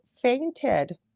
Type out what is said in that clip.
fainted